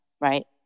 right